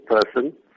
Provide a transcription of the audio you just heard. person